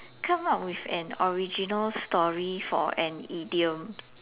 come up with an original story for an idiom